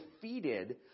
defeated